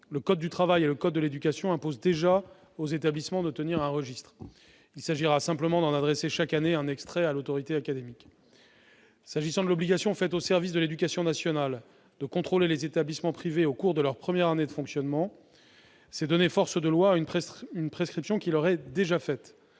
le code du travail et le code de l'éducation imposent déjà aux établissements de tenir un registre. Il s'agira simplement d'en adresser chaque année un extrait à l'autorité académique. Par ailleurs, prévoir l'obligation, pour les services de l'éducation nationale, de contrôler les établissements privés au cours de leur première année de fonctionnement, c'est donner force de loi à une prescription qui leur est déjà faite.